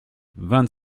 vingt